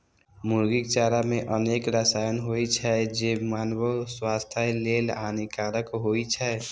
मुर्गीक चारा मे अनेक रसायन होइ छै, जे मानवो स्वास्थ्य लेल हानिकारक होइ छै